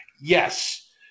Yes